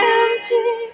empty